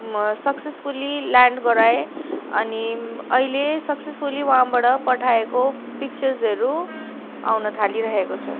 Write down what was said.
successfully land गराए अनि अहिले सक्सेसफुल्ली वहाँबाट पठाएको पिक्चर्सहरू आउन थालिरहेको छ